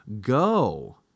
go